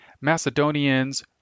Macedonians